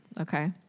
Okay